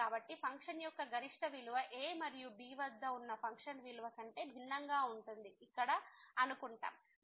కాబట్టి ఫంక్షన్ యొక్క గరిష్ట విలువ a మరియు b వద్ద ఉన్న ఫంక్షన్ విలువ కంటే భిన్నంగా ఉంటుంది ఇక్కడ అనుకుంటాం